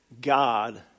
God